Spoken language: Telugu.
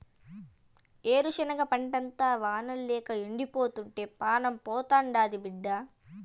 ఏరుశనగ పంటంతా వానల్లేక ఎండిపోతుంటే పానం పోతాండాది బిడ్డా